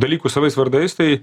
dalykus savais vardais tai